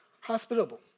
Hospitable